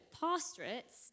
pastorates